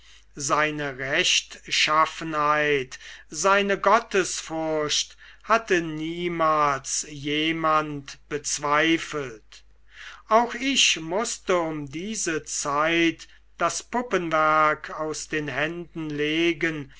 seine rechtschaffenheit seine gottesfurcht hatte niemals jemand bezweifelt auch ich mußte um diese zeit das puppenwerk aus den händen legen